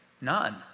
None